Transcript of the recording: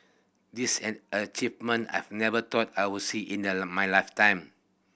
this an achievement I've never thought I would see in the my lifetime